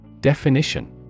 Definition